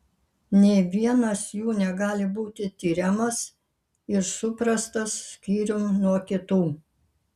nė vienas jų negali būti tiriamas ir suprastas skyrium nuo kitų